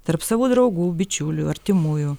tarp savo draugų bičiulių artimųjų